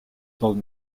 told